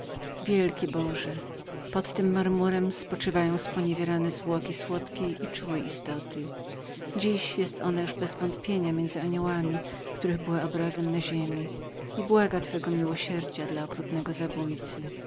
wielki boże pod tym głazem spoczywają zwłoki zamordowanej drogiej mi istoty dziś jest ona już zapewne między aniołami których była obrazem na ziemi i błaga twego miłosierdzia dla okrutnego zabójcy